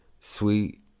sweet